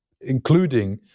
including